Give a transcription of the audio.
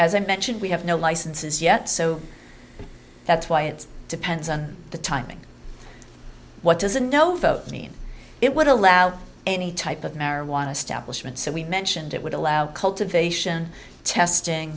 as i mentioned we have no licenses yet so that's why it's depends on the timing what does a no vote mean it would allow any type of marijuana stablished and so we mentioned it would allow